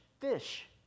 fish